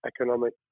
economic